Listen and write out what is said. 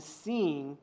seeing